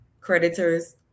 creditors